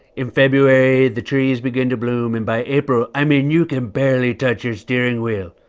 in february, the trees begin to bloom, and by april, i mean, you can barely touch your steering wheel.